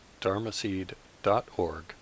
dharmaseed.org